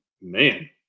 man